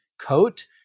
coat